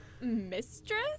Mistress